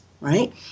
right